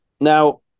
Now